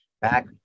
back